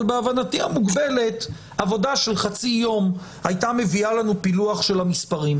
אבל בהבנתי המוגבלת עבודה של חצי יום הייתה מביאה לנו פילוח של המספרים.